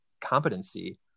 competency